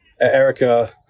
Erica